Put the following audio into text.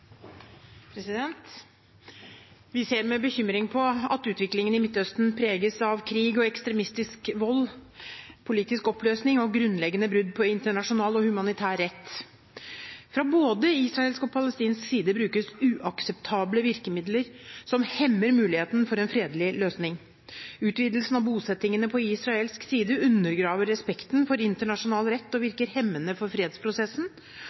Vi ser med bekymring at utviklingen i Midtøsten preges av krig, ekstremistisk vold, politisk oppløsning og grunnleggende brudd på internasjonal og humanitær rett. Fra både israelsk og palestinsk side brukes uakseptable virkemidler, som hemmer muligheten for en fredelig løsning. Utvidelsen av bosettingene på israelsk side undergraver respekten for internasjonal rett og virker hemmende for fredsprosessen.